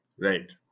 Right